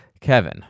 Kevin